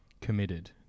committed